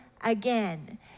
again